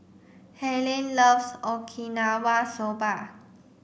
Harlene loves Okinawa Soba